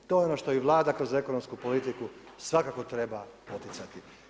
To je ono što i Vlada kroz ekonomsku politiku svakako treba poticati.